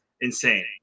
insane